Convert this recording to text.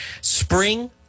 spring